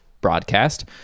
broadcast